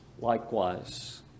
likewise